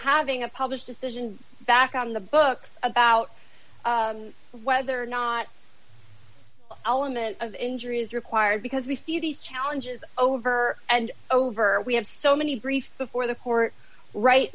having a published decision back on the books about whether or not element of injury is required because we see these challenges over and over we have so many briefs before the